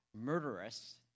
murderous